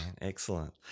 Excellent